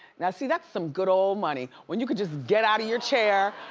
now see, that's some good ol' money when you can just get out of your chair,